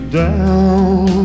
down